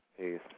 Peace